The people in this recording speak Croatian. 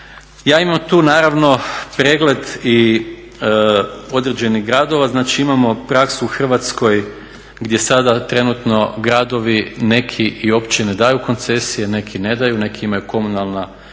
Ja imam tu naravno pregled određenih gradova, znači imamo praksu u Hrvatskoj gdje sada trenutno gradovi neki i općine daju koncesije, neki ne daju, neki imaju komunalna poduzeća